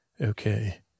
Okay